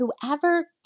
whoever